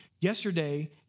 yesterday